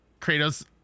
Kratos